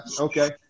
okay